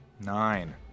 Nine